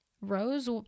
rose